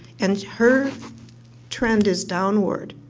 and her trend is downward,